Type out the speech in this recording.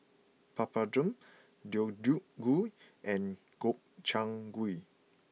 Papadum Deodeok Gui and Gobchang Gui